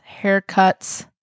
haircuts